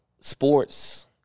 sports